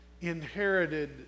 inherited